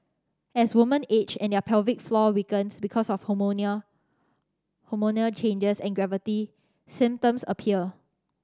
as women age and their pelvic floor weakens because of changes and gravity symptoms appear